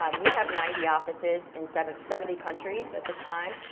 um we have ninety offices in seventy seventy countries at this time.